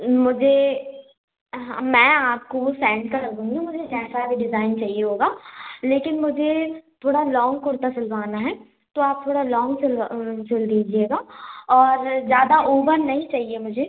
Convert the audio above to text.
मुझे हाँ मैं आपको वो सेंड कर दूँगी मुझे जैसा भी डिज़ाइन चाहिए होगा लेकिन मुझे थोड़ा लॉन्ग कुर्ता सिलवाना है तो आप थोड़ा लॉन्ग सिलवा सिल दीजिएगा और ज़्यादा ओवर नहीं चाहिए मुझे